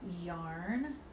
yarn